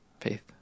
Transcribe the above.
faith